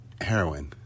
Heroin